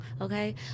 Okay